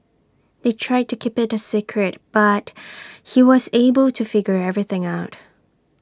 they tried to keep IT A secret but he was able to figure everything out